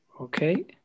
Okay